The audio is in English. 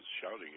shouting